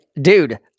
dude